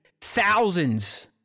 thousands